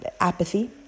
apathy